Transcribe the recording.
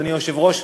אדוני היושב-ראש,